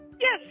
Yes